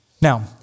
Now